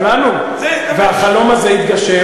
והחלום הזה התגשם,